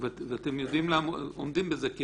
ואתם עומדים בזה?